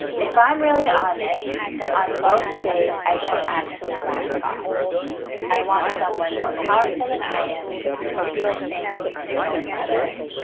if i'm really honest on most days i don't actually? want god i want someone more powerful than i am to manipulate things into, going, my, way?